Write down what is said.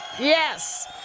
Yes